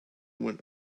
when